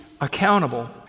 accountable